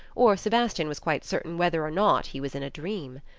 or sebastian was quite certain whether or not he was in a dream.